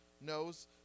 knows